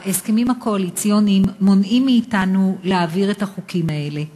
ההסכמים הקואליציוניים מונעים מאתנו להעביר את החוקים האלה.